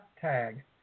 tag